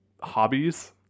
hobbies